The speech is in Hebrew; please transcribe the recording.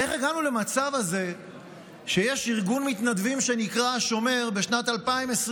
איך הגענו למצב הזה שיש ארגון מתנדבים שנקרא "השומר" בשנת 2023?